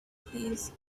please